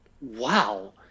Wow